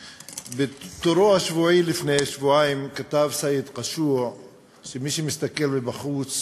בטורו השבועי לפני שבועיים כתב סייד קשוע שמי שמסתכל מבחוץ